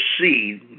see